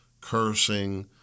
cursing